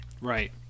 right